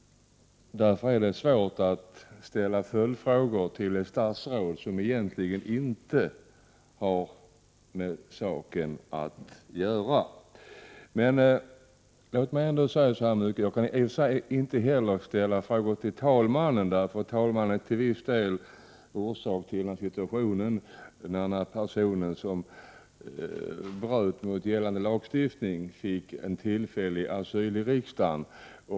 Det är svårt att ställa följdfrågor till ett statsråd som egentligen inte har med saken Prot. 1988/89:122 att göra. 26 maj 1989 Låt mig ändå säga att jag i och för sig inte kan ställa frågor till talmannen, som till viss del är orsak till denna händelse, då en person som bröt mot gällande lag fick en tillfällig asyl i riksdagens lokaler.